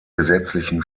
gesetzlichen